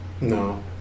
No